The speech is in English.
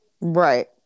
right